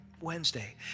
Wednesday